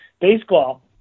baseball –